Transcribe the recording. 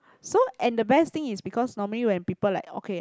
so and the best thing is because normally when people like okay